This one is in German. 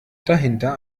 dahinter